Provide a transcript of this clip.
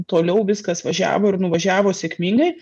toliau viskas važiavo ir nuvažiavo sėkmingai